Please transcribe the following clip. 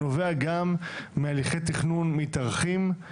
נובע גם מהליכי תכנון מתארכים,